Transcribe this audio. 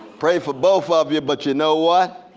pray for both of you, but you know what?